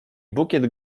bukiet